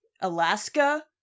Alaska